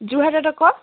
যোৰহাটত আকৌ